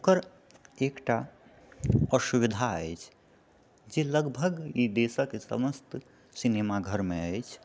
ओकर एकटा असुविधा अछि जे लगभग ई देशक समस्त सिनेमा घरमे अछि